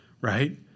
right